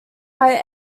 higher